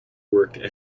worked